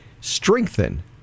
strengthen